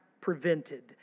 prevented